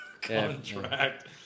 contract